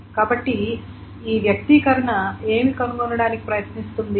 కాబట్టి ఈ వ్యక్తీకరణ ఏమి కనుగొనటానికి ప్రయత్నిస్తుంది